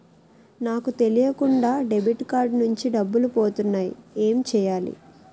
నాకు తెలియకుండా debit card నుంచి డబ్బులు పోతున్నాయి ఎం చెయ్యాలి?